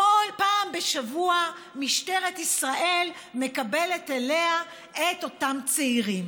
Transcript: פעם בשבוע משטרת ישראל מקבלת אליה את אותם צעירים.